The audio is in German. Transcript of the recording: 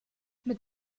mit